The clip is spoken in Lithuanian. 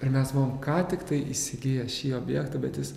ir mes buvom ką tiktai įsigiję šį objektą bet jis